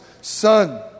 son